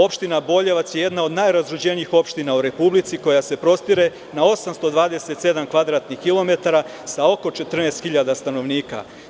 Opština Boljevac je jedna od najrazuđenijih opština u republici koja se prostire na 827 kvadratnih kilometara sa oko 14 hiljada stanovnika.